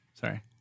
Sorry